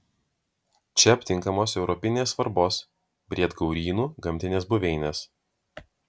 čia aptinkamos europinės svarbos briedgaurynų gamtinės buveinės